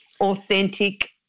authentic